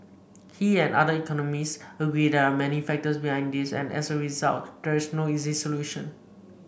he and other economist agree there are many factors behind this and as a result there is no easy solution